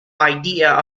idea